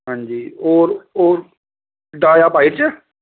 हां जी होर होर डाया पाई ओड़चै